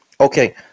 Okay